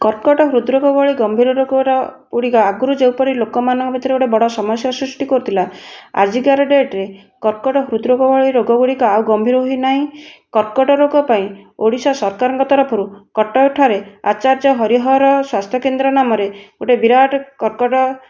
କର୍କଟ ହୃଦ୍ରୋଗ ଭଳି ଗମ୍ଭୀର ରୋଗରଗୁଡ଼ିକ ଆଗରୁ ଯେଉଁପରି ଲୋକମାନଙ୍କ ଭିତରେ ଗୋଟିଏ ବଡ଼ ସମସ୍ୟା ସୃଷ୍ଟି କରୁଥିଲା ଆଜିକାର ଡେଟ୍ରେ କର୍କଟ ହୃଦ୍ରୋଗ ଭଳି ରୋଗଗୁଡ଼ିକ ଆଉ ଗମ୍ଭୀର ହୋଇ ନାହିଁ କର୍କଟ ରୋଗ ପାଇଁ ଓଡ଼ିଶା ସରକାରଙ୍କ ତରଫରୁ କଟକଠାରେ ଆଚାର୍ଯ୍ୟ ହରିହର ସ୍ୱାସ୍ଥ୍ୟକେନ୍ଦ୍ର ନାମରେ ଗୋଟିଏ ବିରାଟ କର୍କଟ